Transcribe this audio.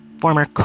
former